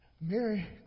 Mary